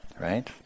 right